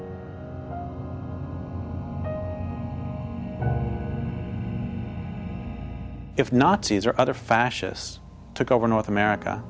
vi if nazis or other fascists took over north america